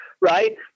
right